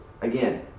again